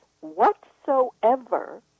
whatsoever